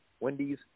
Wendy's